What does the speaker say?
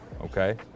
okay